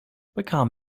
bekam